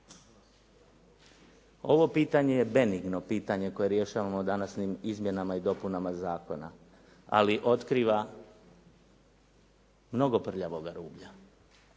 Ovo pitanje je benigno pitanje koje rješavamo današnjim izmjenama i dopunama zakona, ali otkriva mnogo prljavoga rublja.